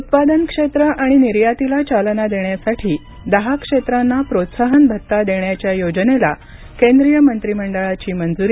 उत्पादन क्षेत्र आणि निर्यातीला चालना देण्यासाठी दहा क्षेत्रांना प्रोत्साहन भत्ता देण्याच्या योजनेला केंद्रीय मंत्रीमंडळाची मंजुरी